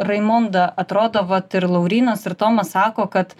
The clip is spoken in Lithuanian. raimonda atrodo vat ir laurynas ir tomas sako kad